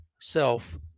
self